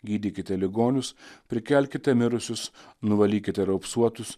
gydykite ligonius prikelkite mirusius nuvalykite raupsuotus